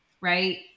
Right